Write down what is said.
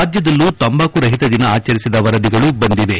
ರಾಜ್ಯದಲ್ಲೂ ತಂಬಾಕು ರಹಿತ ದಿನ ಆಚರಿಸಿದ ವರದಿಗಳು ಬಂದಿವೆ